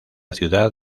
ciudad